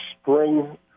spring